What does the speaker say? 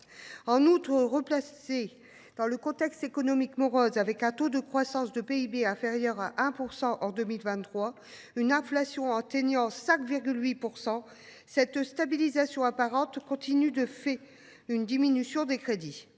En outre, replacée dans le contexte économique morose, avec un taux de croissance inférieur à 1 % en 2023 et une inflation atteignant 5,8 %, cette stabilisation apparente dissimule en réalité une diminution des crédits.